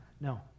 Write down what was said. No